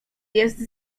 jest